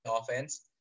offense